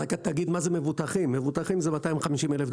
רק תגיד מה זה מבוטחים מבוטחים זה 250 אלף דולר.